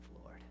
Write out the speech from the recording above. Lord